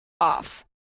off